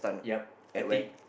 yup I take